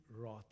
wrath